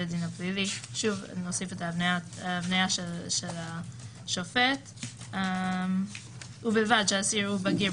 הדין הפלילי - נוסיף את ההבניה של השופט - ובלבד שהאסיר הוא בגיר,